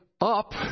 Up